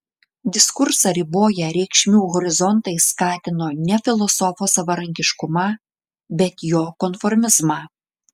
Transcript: diskursą riboję reikšmių horizontai skatino ne filosofo savarankiškumą bet jo konformizmą